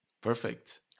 Perfect